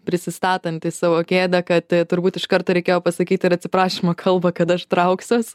prisistatanti savo kėdę kad turbūt iš karto reikėjo pasakyti ir atsiprašymo kalbą kad aš trauksiuos